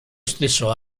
stesso